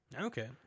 Okay